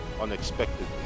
unexpectedly